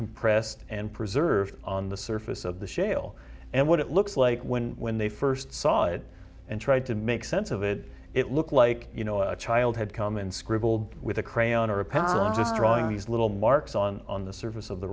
compressed and preserved on the surface of the shale and what it looks like when when they first saw it and tried to make sense of it it looked like you know a child had come in scribbled with a crayon or a patent just drawing these little marks on this surface of the